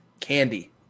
candy